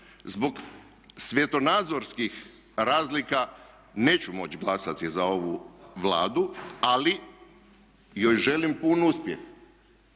zbog svjetonazorskih razlika neću moći glasati za ovu Vladu ali joj želim pun uspjeh,